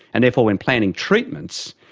and therefore when planning treatments,